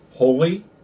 Holy